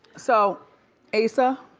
so asa.